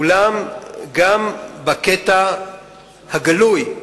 אולם גם בקטע הגלוי,